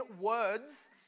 words